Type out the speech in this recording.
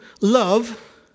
love